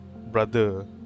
brother